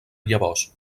llavors